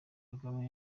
kagame